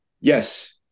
yes